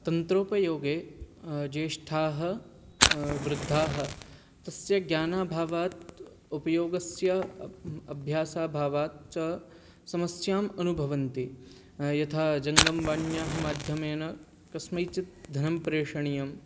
तन्त्रोपयोगे ज्येष्ठाः वृद्धाः तस्य ज्ञानाभावात् उपयोगस्य अभ्यासाभावाच्च समस्याम् अनुभवन्ति यथा जङ्गमवाण्याः माध्यमेन कस्मैचित् धनं प्रेषणीयं